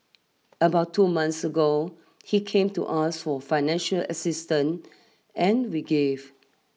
about two months ago he came to us for financial assistant and we gave